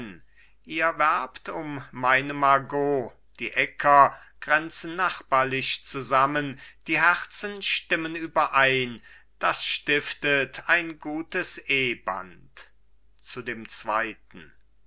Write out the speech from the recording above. ihr werbt um meine margot die äcker grenzen nachbarlich zusammen die herzen stimmen überein das stiftet ein gutes ehband zu dem zweiten